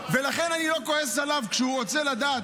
ולכן אני לא כועס עליו כשהוא רוצה לדעת.